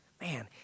man